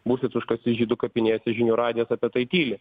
būsit užkasti žydų kapinėse žinių radijas apie tai tyli